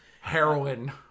Heroin